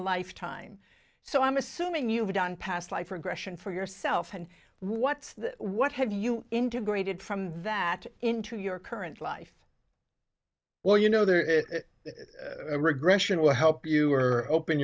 lifetime so i'm assuming you've done past life regression for yourself and what's what have you integrated from that into your current life well you know the regression will help you or open